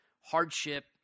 hardship